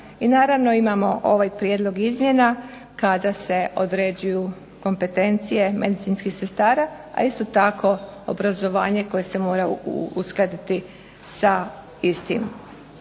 I naravno imamo ovaj prijedlog izmjena kada se određuju kompetencije medicinskih sestara, a isto tako obrazovanje koje se mora uskladiti sa istim.